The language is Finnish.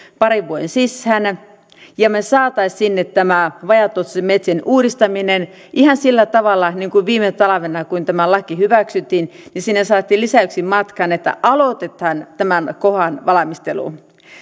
parin vuoden sisään ja me saisimme sinne tämän vajaatuottoisten metsien uudistamisen ihan sillä tavalla niin kuin viime talvena kun tämä laki hyväksyttiin sinne saatiin lisäksi että aloitetaan tämän kohdan valmistelu